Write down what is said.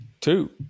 Two